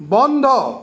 বন্ধ